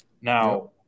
Now